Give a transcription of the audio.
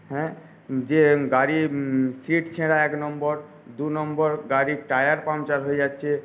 হ্যাঁ যে গাড়ির সিট ছেঁড়া এক নম্বর দু নম্বর গাড়ীর টায়ার পাংচার হয়ে যাচ্ছে